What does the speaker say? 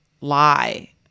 lie